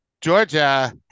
Georgia